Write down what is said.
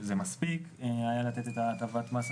מרביתם ממילא מעבר,